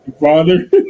Father